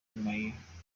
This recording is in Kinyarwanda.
mahia